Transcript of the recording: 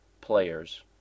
players